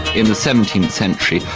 in the seventeenth century,